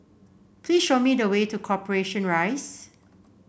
please show me the way to Corporation Rise